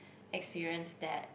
experience that